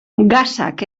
gasak